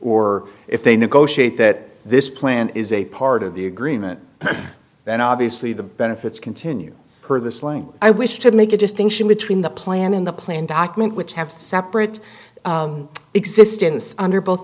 or if they negotiate that this plan is a part of the agreement then obviously the benefits continue per this link i wish to make a distinction between the plan in the plan document which have separate existence under both